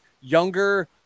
younger